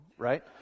Right